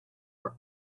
are